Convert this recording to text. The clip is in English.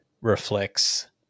reflects